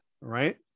right